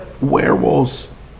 werewolves